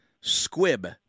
Squib